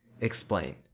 explain